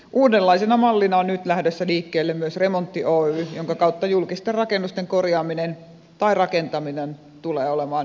uudenlaisena mallina on nyt lähdössä liikkeelle myös remontti oy jonka kautta julkisten rakennusten korjaaminen tai rakentaminen tulee olemaan yhä helpompaa